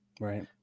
Right